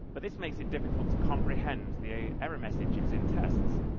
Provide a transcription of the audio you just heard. but this makes it difficult to comprehend the error messages in tests.